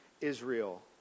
Israel